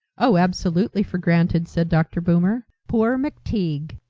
oh, absolutely for granted, said dr. boomer. poor mcteague!